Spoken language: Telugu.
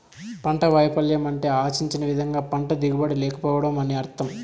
పంట వైపల్యం అంటే ఆశించిన విధంగా పంట దిగుబడి లేకపోవడం అని అర్థం